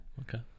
Okay